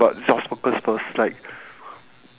seven dollars because is there's still sale